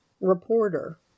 reporter